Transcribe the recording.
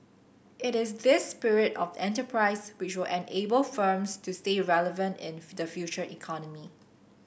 it is this spirit of enterprise which will enable firms to stay relevant in the Future Economy